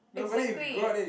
exactly